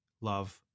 love